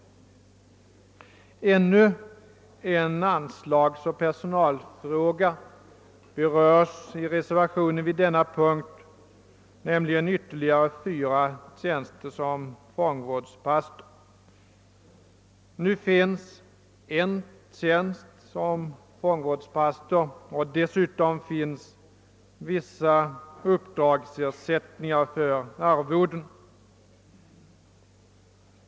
Ännu en anslagsoch personalfråga berörs i reservationen vid denna punkt, nämligen begäran om ytterligare fyra tjänster som fångvårdspastorer. Nu finns tre tjänster som fångvårdspastor och dessutom vissa uppdragsersättningar för arvoden.